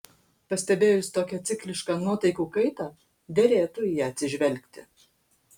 pastebėjus tokią ciklišką nuotaikų kaitą derėtų į ją atsižvelgti